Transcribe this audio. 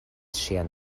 ŝian